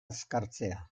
azkartzea